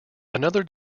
another